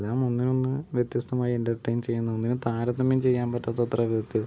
എല്ലാം ഒന്നിനൊന്ന് വ്യത്യസ്തമായ എൻറ്റർടൈൻ ഒന്നിനെ താരതമ്യം ചെയ്യാൻ പറ്റാത്തത്ര വിധത്തിൽ